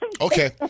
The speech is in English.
Okay